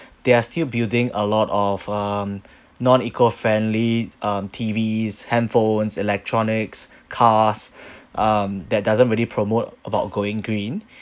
they are still building a lot of um non-eco friendly um T_Vs handphones electronics cars um that doesn't really promote about going green